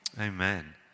amen